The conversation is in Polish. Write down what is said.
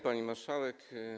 Pani Marszałek!